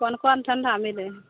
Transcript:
कोन कोन ठण्डा मिलै हइ